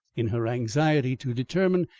in her anxiety to determine,